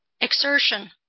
exertion